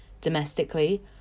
Domestically